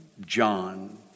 John